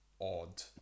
odd